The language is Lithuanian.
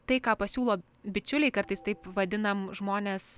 tai ką pasiūlo bičiuliai kartais taip vadinam žmones